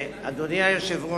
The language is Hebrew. אדוני היושב-ראש,